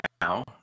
now